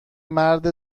مرد